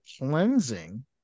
cleansing